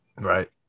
right